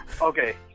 Okay